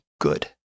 good